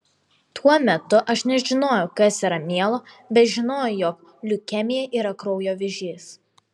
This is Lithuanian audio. tuo metu aš nežinojau kas yra mielo bet žinojau jog leukemija yra kraujo vėžys